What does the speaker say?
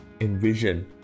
Envision